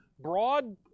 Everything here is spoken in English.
broad